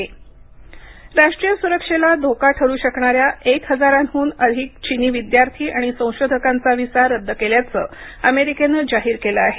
चीन America visa राष्ट्रीय सुरक्षेला धोका ठरू शकणाऱ्या एक हजारांहून अधिक चीनी विद्यार्थी आणि संशोधकांचा व्हिसा रद्द केल्याचं अमेरिकेनं जाहीर केलं आहे